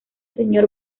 señor